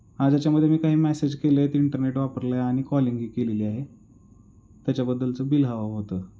आज याच्यामध्ये मी काही मॅसेज केले आहेत इंटरनेट वापरलं आहे आणि कॉलिंगही केलेली आहे त्याच्याबद्दलचं बिल हवं होतं